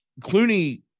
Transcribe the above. Clooney